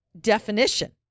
definition